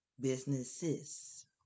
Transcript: businesses